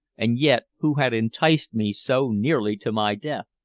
and yet who had enticed me so nearly to my death.